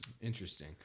Interesting